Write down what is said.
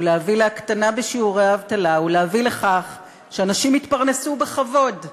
להביא להקטנה בשיעורי האבטלה ולהביא לכך שאנשים יתפרנסו בכבוד.